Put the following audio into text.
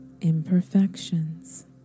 imperfections